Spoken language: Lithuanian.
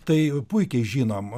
tai puikiai žinom